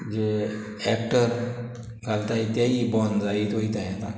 जे actor घालताय तेयी बोंद जायतूय वोयताय आतां